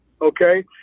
Okay